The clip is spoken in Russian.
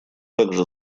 также